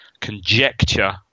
conjecture